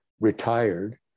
retired